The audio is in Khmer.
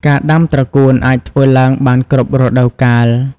ការដាំត្រកួនអាចធ្វើឡើងបានគ្រប់រដូវកាល។